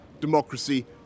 democracy